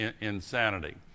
insanity